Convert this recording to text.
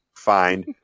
find